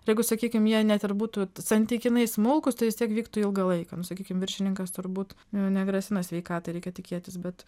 ir jeigu sakykim jie net ir būtų t santykinai smulkūs tai vis tiek vyktų ilgą laiką nu sakykim viršininkas turbūt nu negrasina sveikatą reikia tikėtis bet